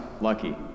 lucky